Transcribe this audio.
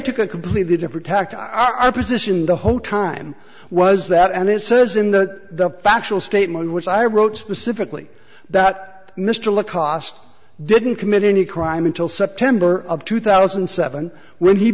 took a completely different tack to our position the whole time was that and it says in the factual statement which i wrote specifically that mr le cost didn't commit any crime until september of two thousand and seven when he